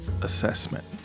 assessment